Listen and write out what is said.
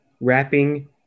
wrapping